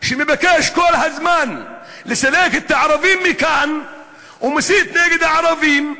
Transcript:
שמבקש כל הזמן לסלק את הערבים מכאן ומסית נגד הערבים,